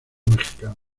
mexicana